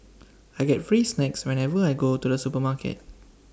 I get free snacks whenever I go to the supermarket